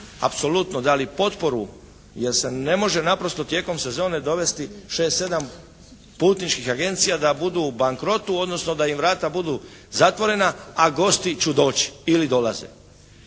apsolutno dali potporu jer se ne može naprosto tijekom sezone dovesti 6, 7 putničkih agencija da budu u bankrotu, odnosno da im vrata budu zatvorena a gosti će doći ili dolaze.